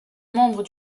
membres